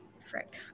Frick